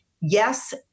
yes